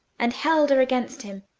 and held her against him,